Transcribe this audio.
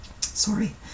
Sorry